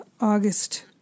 August